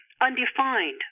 undefined